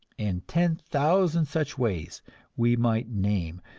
in ten thousand such ways we might name,